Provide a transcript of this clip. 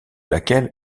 laquelle